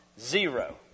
Zero